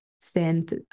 send